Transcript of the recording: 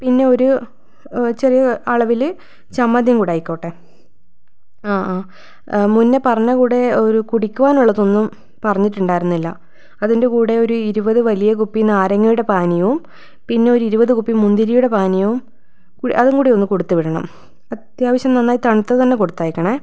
പിന്നെ ഒരു ചെറിയ അളവിൽ ചമ്മന്തിയും കൂടെ ആയിക്കോട്ടെ ആ ആ മുന്നേ പറഞ്ഞ കൂടെ ഒരു കുടിക്കുവാനുള്ളതൊന്നും പറഞ്ഞിട്ടുണ്ടായിരുന്നില്ല അതിൻ്റെ കൂടെ ഒരു ഇരുപത് വലിയ കുപ്പി നാരങ്ങയുടെ പാനീയവും പിന്നെ ഒരു ഇരുപത് കുപ്പി മുന്തിരിയുടെ പാനീയവും അതും കൂടെ ഒന്ന് കൊടുത്ത് വിടണം അത്യാവശ്യം നന്നായി തണുത്തത് തന്നെ കൊടുത്തയക്കണേ